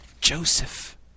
Joseph